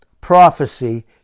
prophecy